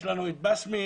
יש לנו את בסמי,